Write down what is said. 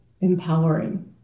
empowering